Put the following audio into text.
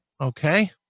Okay